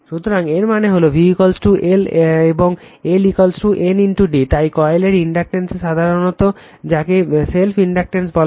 সুতরাং এর মানে হল v L এবং L N d তাই কয়েলের ইন্ডাকটেন্স সাধারণত যাকে সেল্ফ ইন্ডাকট্যান্স বলা হয়